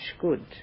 good